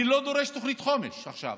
אני לא דורש תוכנית חומש עכשיו,